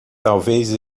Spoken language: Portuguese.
talvez